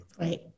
Right